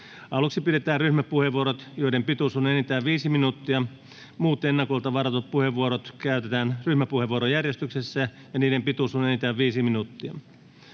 Aluksi pidetään ryhmäpuheenvuorot, joiden pituus on enintään viisi minuuttia. Muut ennakolta varatut puheenvuorot käytetään ryhmäpuheenvuorojärjestyksessä, ja niiden pituus on enintään viisi minuuttia.